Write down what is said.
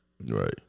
Right